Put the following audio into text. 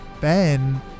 Ben